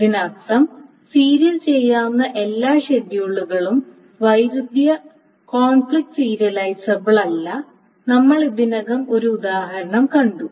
ഇതിനർത്ഥം സീരിയൽ ചെയ്യാവുന്ന എല്ലാ ഷെഡ്യൂളുകളും വൈരുദ്ധ്യ സീരിയലൈസബിൾ അല്ലനമ്മൾ ഇതിനകം ഒരു ഉദാഹരണം കണ്ടു